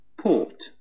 Port